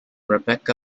rebecca